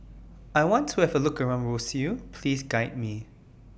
I want to Have A Look around Roseau Please Guide Me